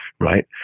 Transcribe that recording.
right